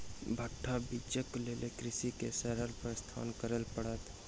भट्टा बीजक लेल कृषक के शहर प्रस्थान करअ पड़ल